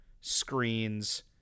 screens